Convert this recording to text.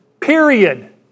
period